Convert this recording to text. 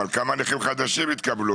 אבל כמה נכים חדשים התקבלו